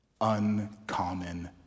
Uncommon